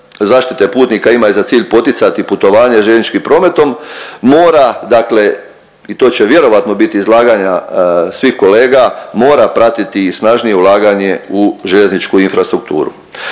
zaštite putnika ima i za cilj poticati putovanje željezničkim prometom mora, dakle i to će vjerojatno biti izlaganja svih kolega, mora pratiti i snažnije ulaganje u željezničku infrastrukturu.